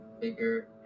bigger